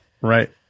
right